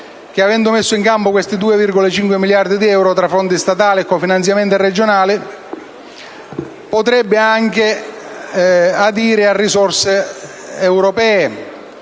avendo messo in campo 2,5 miliardi di euro fra fondi statali e cofinanziamenti regionali potrebbe anche adire a risorse europee;